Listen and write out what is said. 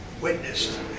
witnessed